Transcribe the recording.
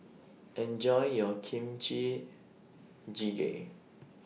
Enjoy your Kimchi Jjigae